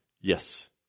yes